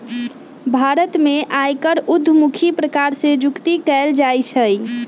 भारत में आयकर उद्धमुखी प्रकार से जुकती कयल जाइ छइ